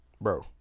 bro